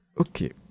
okay